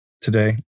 today